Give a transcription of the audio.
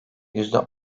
yüzde